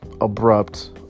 abrupt